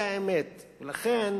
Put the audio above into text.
זו האמת, ולכן